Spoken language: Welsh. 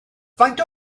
faint